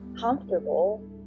comfortable